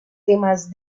temas